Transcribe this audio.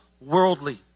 worldly